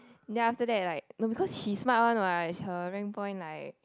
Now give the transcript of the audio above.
then after that like no because she smart one what her rank point like